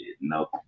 no